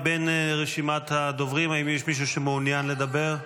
מבין רשימת הדוברים, האם יש מישהו שמעוניין לדבר?